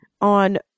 on